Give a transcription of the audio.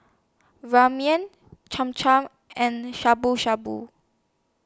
Ramen Cham Cham and Shabu Shabu